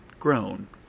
grown